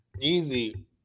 Easy